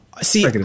see